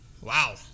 Wow